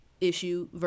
issue